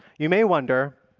you may wonder,